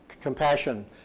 compassion